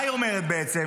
מה היא בעצם אומרת?